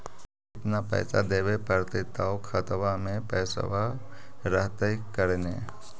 केतना पैसा देबे पड़तै आउ खातबा में पैसबा रहतै करने?